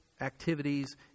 activities